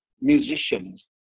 musicians